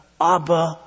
Abba